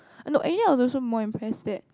look Asia is also more impressed that